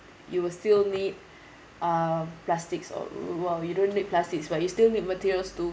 you will still need uh plastics or what we don't need plastics but you still need materials to